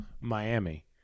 Miami